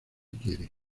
quiere